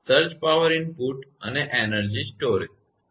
surge power input અને energy સંગ્રહ